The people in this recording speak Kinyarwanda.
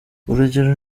urugero